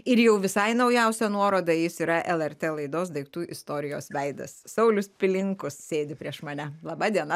ir jau visai naujausia nuoroda jis yra lrt laidos daiktų istorijos veidas saulius pilinkus sėdi prieš mane laba diena